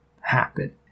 happen